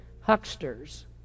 hucksters